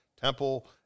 Temple